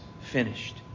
finished